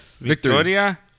Victoria